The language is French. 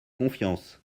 confiance